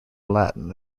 latin